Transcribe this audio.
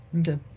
Okay